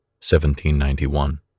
1791